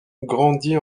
grandit